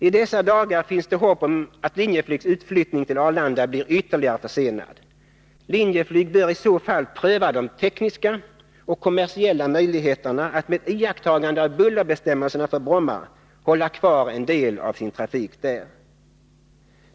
I dessa dagar finns det hopp om att Linjeflygs utflyttning till Arlanda blir ytterligare försenad. Linjeflyg bör i så fall pröva de tekniska och kommersiella möjligheterna att, med iakttagande av bullerbestämmelserna för Bromma, hålla kvar en del av sin trafik där.